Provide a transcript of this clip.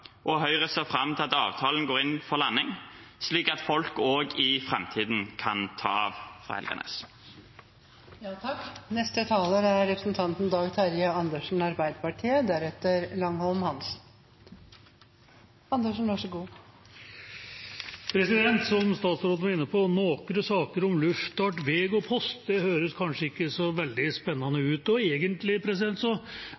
og Høyre ser fram til at avtalen går inn for landing, slik at folk også i framtiden kan ta av fra Helganes. Som statsråden var inne på: «Nokre saker om luftfart, veg og post» høres kanskje ikke så veldig spennende ut. Egentlig var vi ikke heller så veldig spente i Vestfold. Vi var jo trygge på at når det